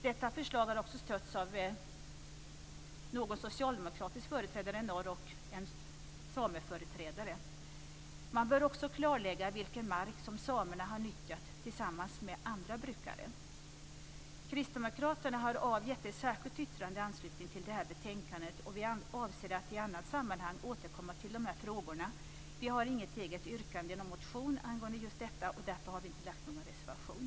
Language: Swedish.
Detta förslag har också stötts av en socialdemokratisk företrädare i norr och av en sameföreträdare. Man bör också klarlägga vilken mark som samerna har nyttjat tillsammans med andra brukare. Kristdemokraterna har avgivit ett särskilt yttrande i anslutning till det här betänkandet, och vi avser att i annat sammanhang återkomma till frågorna. Vi har inget eget yrkande i en motion angående just detta, och därför har vi ingen reservation.